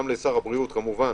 גם לשר הבריאות כמובן